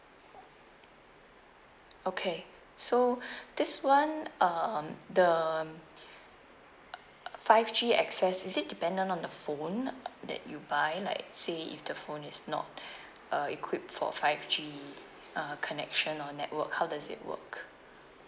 okay so this [one] um the um five G access is it dependent on the phone that you buy like say if the phone is not uh equipped for five G uh connection or network how does it work